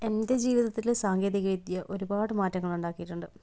എന്റെ ജീവിതത്തിൽ സാങ്കേതിക വിദ്യ ഒരുപാട് മാറ്റങ്ങള് ഉണ്ടാക്കിയിട്ടുണ്ട്